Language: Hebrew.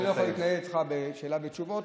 אני לא יכול להתנהל איתך בשאלה ותשובות,